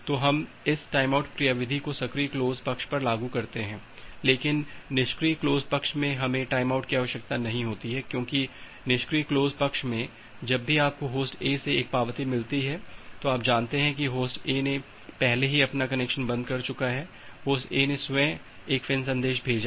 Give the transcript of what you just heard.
तो हम इस टाइमआउट क्रियाविधि को सक्रिय क्लोज पक्ष पर लागू करते हैं लेकिन निष्क्रिय क्लोज पक्ष में हमें टाइमआउट की आवश्यकता नहीं होती है क्योंकि निष्क्रिय क्लोज पक्ष में जब भी आपको होस्ट ए से एक पावती मिलती है तो आप जानते हैं कि होस्ट ए ने पहले ही अपना कनेक्शन बंद कर चुका है होस्ट ए ने स्वयं एक संदेश भेजा है